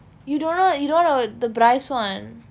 you don't know you don't know the bryce [one]